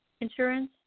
insurance